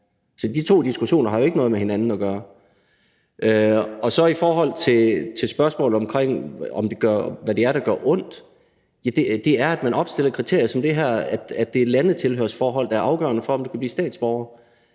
Så de to diskussioner har jo ikke noget med hinanden at gøre. I forhold til spørgsmålet om, hvad det er, der gør ondt, vil jeg sige, at det er, at man opstiller kriterier som det her, at det er landetilhørsforhold, der er afgørende for, om du kan blive statsborger.